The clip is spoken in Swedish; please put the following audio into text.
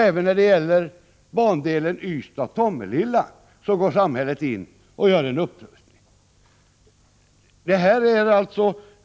Även när det gäller bandelen Ystad-Tomelilla går samhället in och gör en upprustning.